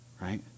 right